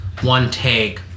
one-take